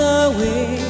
away